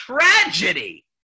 tragedy